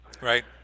Right